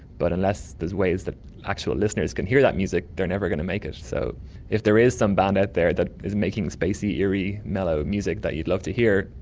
but unless there's ways that actual listeners can hear that music, they're never going to make it. so if there is some band out there that is making spacey, eerie, mellow music that you'd love to hear,